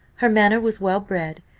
her manner was well-bred,